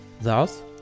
Thus